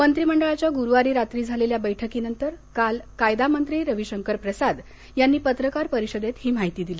मंत्रीमंडळाच्या गुरुवारी रात्री झालेल्या बैठकीनंतर काल कायदा मंत्री रवी शंकर प्रसाद यांनी पत्रकार परिषदेत ही माहिती दिली